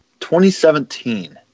2017